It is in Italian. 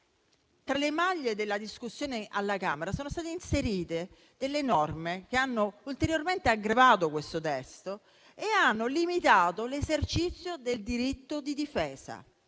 Tra le maglie della discussione alla Camera, sono state inserite delle norme che hanno ulteriormente aggravato il testo e hanno limitato l'esercizio del diritto di difesa.